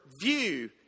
view